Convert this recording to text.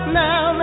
now